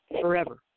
forever